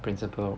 principal